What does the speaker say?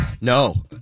No